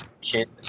kid